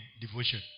devotion